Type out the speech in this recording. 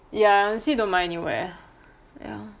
ya I honestly don't mind anywhere ya